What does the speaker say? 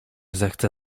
zechce